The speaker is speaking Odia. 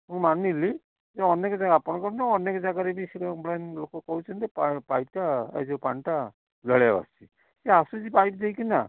ମୁଁ ମାନିଲି ଯେ ଅନେକ ଆପଣଙ୍କର ଅନେକ ଜାଗାରେ ବି ଲୋକ କହୁଛନ୍ତି ପାଇପ୍ଟା ଯେଉଁ ପାଣିଟା ଲୁହାଳିଆ ବାସୁଛି ସେ ଆସୁଛି ପାଇପ୍ ଦେଇକି ନାଁ